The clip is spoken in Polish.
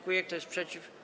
Kto jest przeciw?